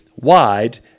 wide